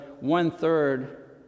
one-third